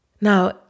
Now